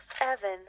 Evan